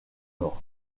nord